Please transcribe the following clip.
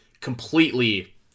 completely